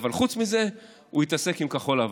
אבל חוץ מזה הוא התעסק עם כחול לבן.